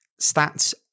stats